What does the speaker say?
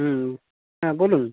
হুম হ্যাঁ বলুন